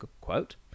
quote